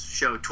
show